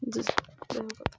জি